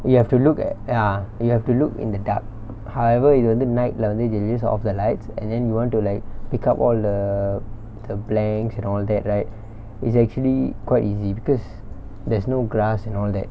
we have to look at ya you have to look in the dark however இதுவந்து:ithuvanthu night lah வந்து:vanthu off the lights and then you want to like pick up all the the blanks and all that right it's actually quite easy because there's no grass and all that